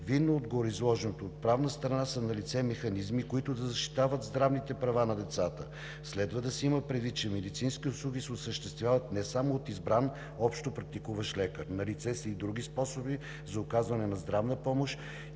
Видно от гореизложеното, от правна страна са налице механизми, които да защитават здравните права на децата. Следва да се има предвид, че медицински услуги се осъществяват не само от избран общопрактикуващ лекар. Налице са и други способи за здравна помощ,